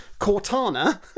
cortana